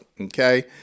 Okay